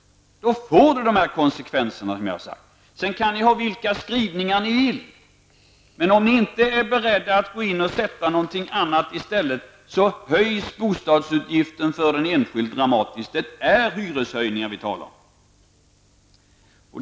Då blir det de konsekvenser som jag har talat om. Ni kan ha vilka skrivningar ni vill, är ni inte beredda att sätta någonting annat i stället höjs bostadsutgiften för den enskilde dramatiskt. Det är prishöjningar som vi talar om.